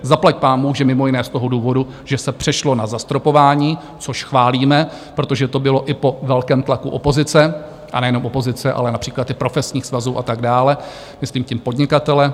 Zaplaťpánbůh, že mimo jiné z toho důvodu, že se přešlo na zastropování, což chválíme, protože to bylo i po velkém tlaku opozice, a nejenom opozice, ale například i profesních svazů a tak dále, myslím tím podnikatele.